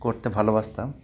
করতে ভালোবাসতাম